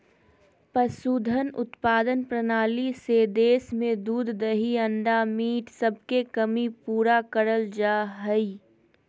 पशुधन उत्पादन प्रणाली से देश में दूध दही अंडा मीट सबके कमी पूरा करल जा हई